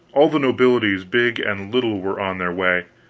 all the nobilities, big and little, were on their way,